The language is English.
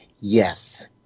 Yes